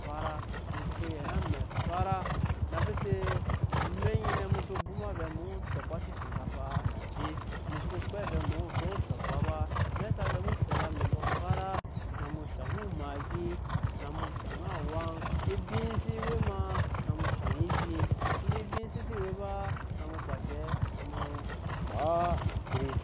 Fara mu soko yɛn amɛ fara na bete amɛk anyi nɛ mu xnoso bwoma vɛɛ mu woo tɔkpasi oshinkafa nanci mu soko kpɛ vɛɛ mu xso tɔkpa ba amɛk sa vɛɛ mu shɔt amɛ mbɔ fara na mu shaŋ omaggi na mu shaŋ awaŋ ebin e si we ma na mu shaŋ ebin sai dai ebin xse si we ba na mu kpa enshɛ na mu okpa akuri